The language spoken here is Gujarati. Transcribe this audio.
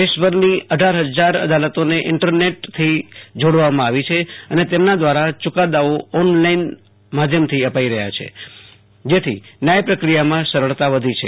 દેશભરની અઢાર ફજાર અદાલતોને ઈન્ટરનેટતથી જોડવામાં આવી છે અને તેમના દ્વારા ચુકાદાઓ ઓનલાઇન માધ્યમથી અપાઇ રહ્યા છે જેથી ન્યાય પ્રક્રિયામાં સરળતા વધી છે